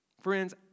Friends